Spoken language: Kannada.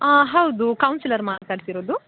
ಹಾಂ ಹೌದು ಕೌನ್ಸಿಲರ್ ಮಾತಾಡ್ತಿರೋದು